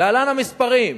להלן המספרים,